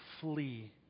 flee